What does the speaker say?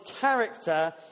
character